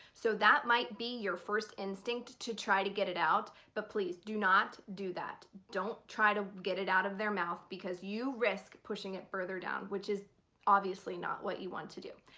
so that might be your first instinct to try to get it out but please do not do that. don't try to get it out of their mouth because you risk pushing it further down which is obviously not what you want to do.